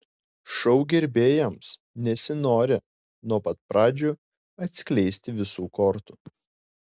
šou gerbėjams nesinori nuo pat pradžių atskleisti visų kortų